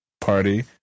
party